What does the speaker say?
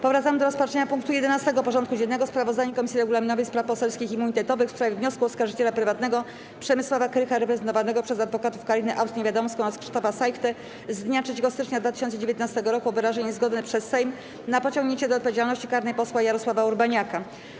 Powracamy do rozpatrzenia punktu 11. porządku dziennego: Sprawozdanie Komisji Regulaminowej, Spraw Poselskich i Immunitetowych w sprawie wniosku oskarżyciela prywatnego Przemysława Krycha reprezentowanego przez adwokatów Karinę Aust-Niewiadomską oraz Krzysztofa Sajchtę z dnia 3 stycznia 2019 r. o wyrażenie zgody przez Sejm na pociągnięcie do odpowiedzialności karnej posła Jarosława Urbaniaka.